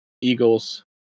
Eagles